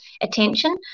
attention